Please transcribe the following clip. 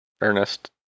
Ernest